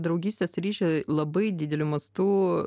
draugystės ryšį labai dideliu mastu